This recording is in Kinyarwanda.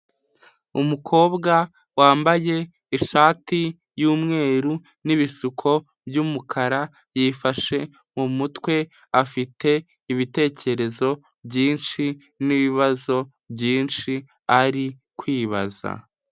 Umukobwa wambaye ishati y'umweru n'ibisuko by'umukara yifashe mu mutwe afite ibitekerezo byinshi n'ibibazo byinshi ari kwibaza.